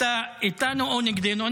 אתה איתנו או נגדנו?